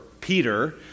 Peter